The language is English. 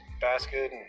basket